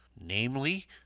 Namely